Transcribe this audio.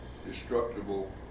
destructible